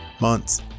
months